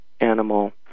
animal